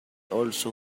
also